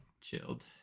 chilled